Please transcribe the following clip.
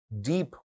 deep